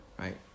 right